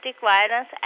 violence